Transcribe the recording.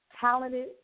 talented